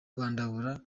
rwandamura